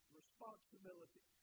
responsibility